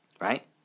Right